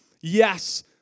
yes